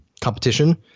competition